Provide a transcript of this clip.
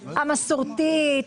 המסורתית,